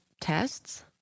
tests